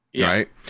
Right